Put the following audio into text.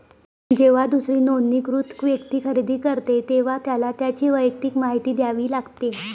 जेव्हा दुसरी नोंदणीकृत व्यक्ती खरेदी करते, तेव्हा त्याला त्याची वैयक्तिक माहिती द्यावी लागते